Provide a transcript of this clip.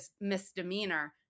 misdemeanor